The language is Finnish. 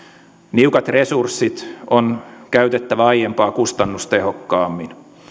niukat resurssit on käytettävä aiempaa kustannustehokkaammin